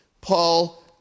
Paul